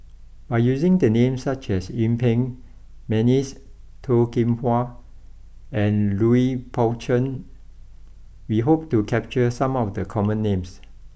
by using names such as Yuen Peng McNeice Toh Kim Hwa and Lui Pao Chuen we hope to capture some of the common names